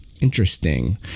interesting